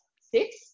six